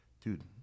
dude